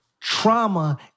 Trauma